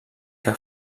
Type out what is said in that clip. que